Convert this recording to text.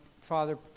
Father